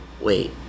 Wait